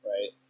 Right